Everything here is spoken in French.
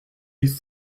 dix